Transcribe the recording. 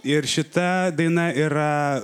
ir šita daina yra